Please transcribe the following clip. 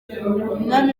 umwami